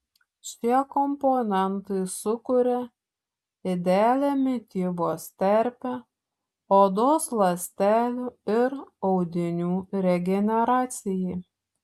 šie komponentai sukuria idealią mitybos terpę odos ląstelių ir audinių regeneracijai